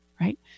right